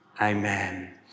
Amen